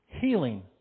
Healing